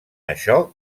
això